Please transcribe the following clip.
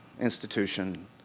institution